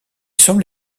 semble